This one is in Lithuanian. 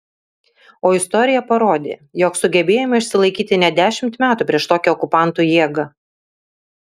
o istorija parodė jog sugebėjome išsilaikyti net dešimt metų prieš tokią okupantų jėgą